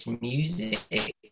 music